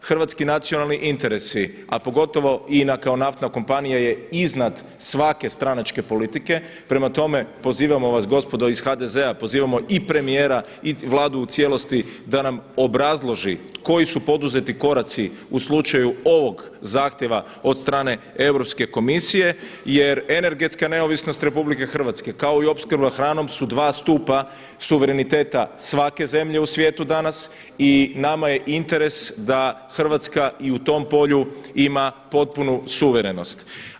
Hrvatski nacionalni interesi, a pogotovo INA kao naftna kompanija je iznad svake stranačke politike, prema tome pozivamo vas, gospodo iz HDZ-a, pozivamo i premijera i Vladu u cijelosti da nam obrazloži koji su poduzeti koraci u slučaju ovog zahtjeva od strane Europske komisije jer energetska neovisnost Republike Hrvatske kao i opskrba hranom su dva stupa suvereniteta svake zemlje u svijetu danas i nama je interes da Hrvatska i u tom polju ima potpunu suverenost.